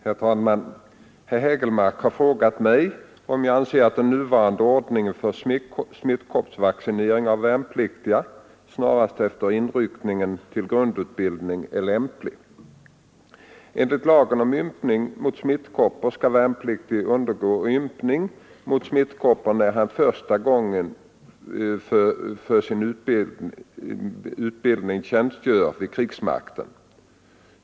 Herr talman! Herr Hägelmark har frågat mig om jag anser att den nuvarande ordningen för smittkoppsvaccinering av värnpliktiga snarast efter inryckningen till grundutbildning är lämplig. Enligt lagen om ympning mot smittkoppor skall värnpliktig undergå ympning mot smittkoppor när han första gången för sin utbildning tjänstgör vid krigsmakten.